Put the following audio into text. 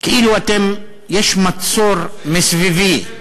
כאילו אתם, יש מצור מסביבי.